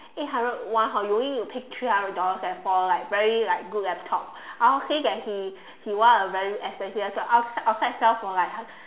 eight hundred one hor you only need to pay like three hundred dollars leh for like very like good laptop ah-hock say that he he want a very expensive one outside outside sell for like